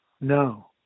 No